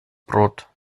brot